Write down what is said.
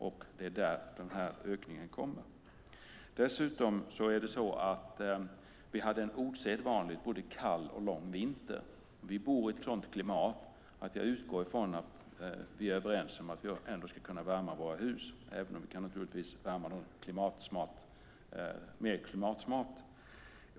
Det är där den här ökningen kommer. Dessutom hade vi en osedvanligt både kall och lång vinter. Vi bor i ett sådant klimat att jag utgår från att vi är överens om att vi ändå ska kunna värma våra hus, även om vi naturligtvis kan värma dem mer klimatsmart.